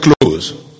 close